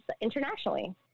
internationally